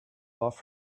off